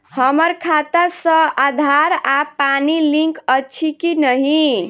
हम्मर खाता सऽ आधार आ पानि लिंक अछि की नहि?